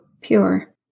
pure